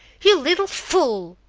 you little fool!